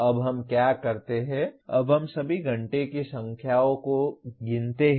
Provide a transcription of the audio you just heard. अब हम क्या करते हैं अब हम सभी घंटे की संख्याओं को गिनते हैं